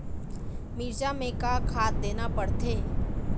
मिरचा मे का खाद देना पड़थे?